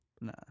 Nah